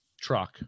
Truck